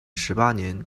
十八年